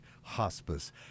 Hospice